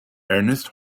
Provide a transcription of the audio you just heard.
ernest